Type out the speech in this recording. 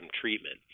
treatment